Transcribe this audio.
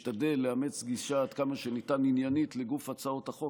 משתדל לאמץ גישה עניינית עד כמה שניתן לגוף הצעות החוק,